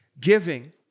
Giving